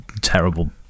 terrible